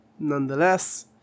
Nonetheless